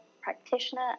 practitioner